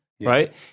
right